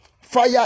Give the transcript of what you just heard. fire